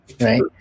right